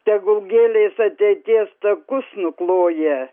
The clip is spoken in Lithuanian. tegul gėlės ateities takus nukloja